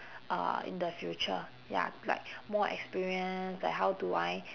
uh in the future ya like more experience like how do I